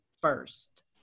first